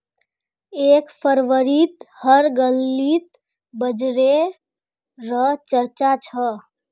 एक फरवरीत हर गलीत बजटे र चर्चा छ